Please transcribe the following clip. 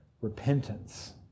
repentance